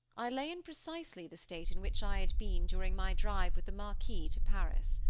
i lay in precisely the state in which i had been during my drive with the marquis to paris.